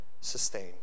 sustain